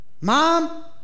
mom